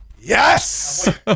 Yes